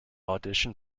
audition